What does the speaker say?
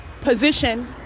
position